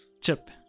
chip